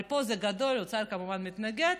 אבל זה גדול, והאוצר כמובן מתנגד.